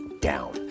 down